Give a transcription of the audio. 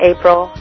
April